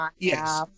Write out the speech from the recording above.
yes